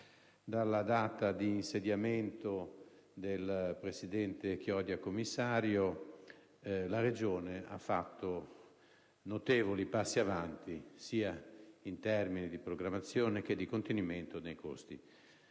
Dalla data di insediamento del presidente Chiodi a commissario, la Regione ha fatto notevoli passi avanti sia in termini di programmazione che di contenimento dei costi.